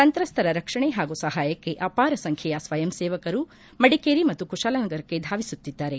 ಸಂತ್ರಸ್ತರ ರಕ್ಷಣೆ ಹಾಗೂ ಸಹಾಯಕ್ಷೆ ಅಪಾರ ಸಂಖ್ಯೆಯ ಸ್ವಯಂಸೇವಕರು ಮಡಿಕೇರಿ ಮತ್ತು ಕುಶಾಲನಗರಕ್ಕೆ ಧಾವಿಸುತ್ತಿದ್ದಾರೆ